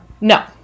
No